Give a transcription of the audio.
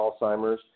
Alzheimer's